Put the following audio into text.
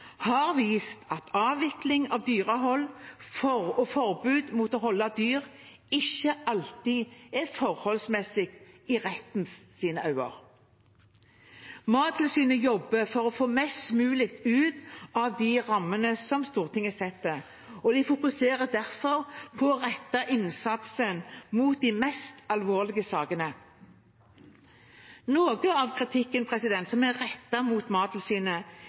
har vist at avvikling av dyrehold og forbud mot å holde dyr ikke alltid er «forholdsmessig» i rettens øyne. Mattilsynet jobber for å få mest mulig ut av de rammene Stortinget setter, og de fokuserer derfor på å rette innsatsen mot de mest alvorlige sakene. Noe av kritikken som er blitt rettet mot Mattilsynet,